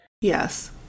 yes